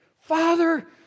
Father